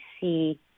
see